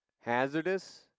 hazardous